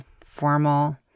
formal –